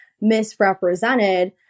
misrepresented